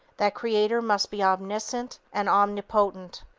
that creator must be omniscient and omnipotent.